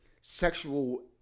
sexual